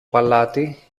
παλάτι